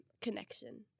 connection